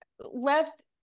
left